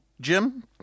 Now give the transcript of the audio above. Jim